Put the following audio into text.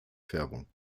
färbung